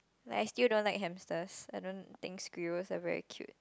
Like I still don't like hamsters I don't think squirrels are very cute